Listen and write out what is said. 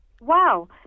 Wow